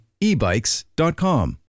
ebikes.com